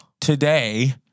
Today